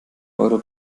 euro